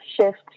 shift